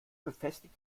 befestigt